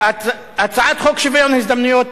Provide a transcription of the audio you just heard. הצעת חוק שוויון ההזדמנויות